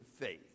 faith